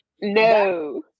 No